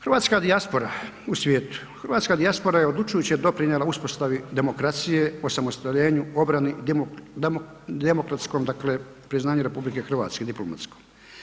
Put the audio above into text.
Hrvatska dijaspora u svijetu, hrvatska dijaspora je odlučujuće doprinijela uspostavi demokracije, osamostaljenju, obrani, demokratskom dakle priznanju RH diplomatskom.